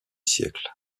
siècle